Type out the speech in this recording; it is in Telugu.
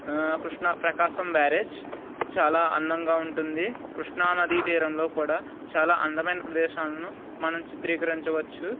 కృష్ణ ప్రకాశం బ్యారేజ్ చాలా అందంగా ఉంటుంది కృష్ణా నది తీరంలో కూడా చాలా అందమైన ప్రదేశాలను మనం చిత్రీకరించవచ్చు